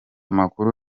makuru